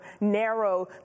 narrow